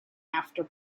after